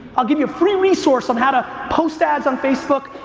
i'll give you a free resource of how to post ads on facebook,